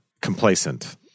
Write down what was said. complacent